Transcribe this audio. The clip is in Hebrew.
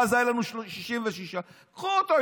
ואז היו לנו 66. קחו אותו,